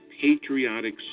patriotic